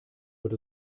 wird